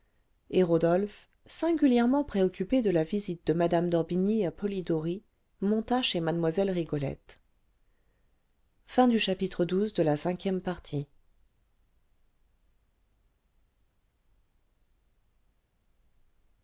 et rodolphe singulièrement préoccupé de la visite de mme d'orbigny à polidori monta chez mlle rigolette